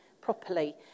properly